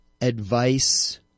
advice